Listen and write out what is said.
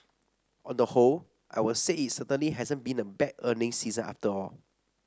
on the whole I would say it certainly hasn't been a bad earnings season at all